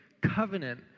covenant